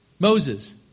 Moses